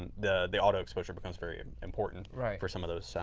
and the the auto exposure becomes very important for some of those.